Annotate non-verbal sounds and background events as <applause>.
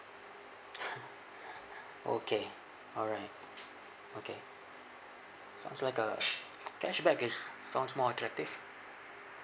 <laughs> okay alright okay so it's like uh cashback is sounds more attractive